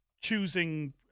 choosing